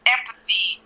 Empathy